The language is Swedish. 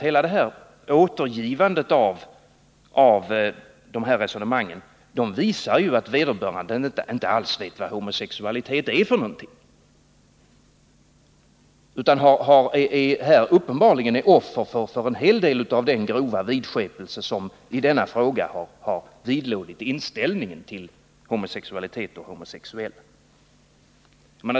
Hela återgivandet av resonemanget visar ju att vederbörande inte alls vet vad homosexualitet är för någonting utan uppenbarligen är offer för en hel del av den grova vidskepelse som har vidlått inställningen till homosexualitet och homosexuella.